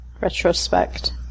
retrospect